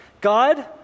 God